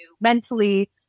mentally